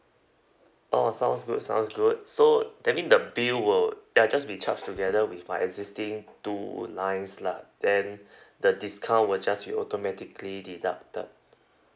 orh sounds good sounds good so that mean the bill will ya just be charged together with my existing two lines lah then the discount will just be automatically deducted